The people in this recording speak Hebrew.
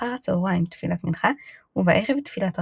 אחר הצהרים תפילת מנחה, ובערב תפילת ערבית.